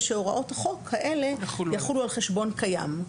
ושהוראות חוק כאלה יחולו על חשבון קיים.